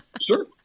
Sure